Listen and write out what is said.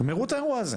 גמרו את האירוע הזה,